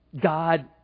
God